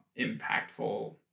impactful